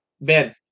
Ben